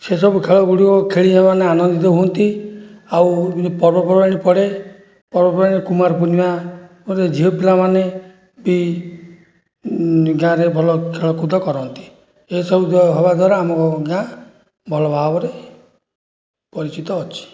ସେସବୁ ଖେଳଗୁଡ଼ିକ ଖେଳି ଏମାନେ ଆନନ୍ଦିତ ହୁଅନ୍ତି ଆଉ ବିଭିନ୍ନ ପର୍ବପର୍ବାଣି ପଡ଼େ ପର୍ବ ପର୍ବାଣିରେ କୁମାରପୂର୍ଣ୍ଣିମା ମୋତେ ଝିଅ ପିଲାମାନେ ବି ଗାଁରେ ଭଲ ଖେଳକୁଦ କରନ୍ତି ଏସବୁ ହେବା ଦ୍ଵାରା ଆମ ଗାଁ ଭଲ ଭାବରେ ପରିଚିତ ଅଛି